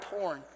porn